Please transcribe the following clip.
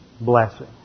blessing